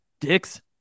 dicks